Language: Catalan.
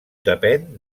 depèn